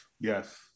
Yes